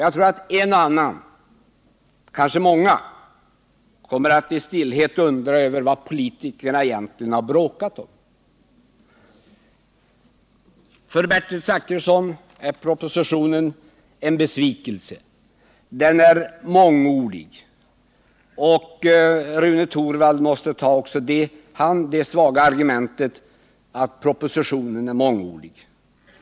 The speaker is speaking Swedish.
Jag tror att en och annan, kanske många, i stillhet kommer att undra över vad politikerna egentligen har bråkat om. För Bertil Zachrisson är propositionen en besvikelse. Den är mångordig, säger han. Rune Torwald måste också han använda det svaga argumentet att propositionen är mångordig.